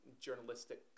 journalistic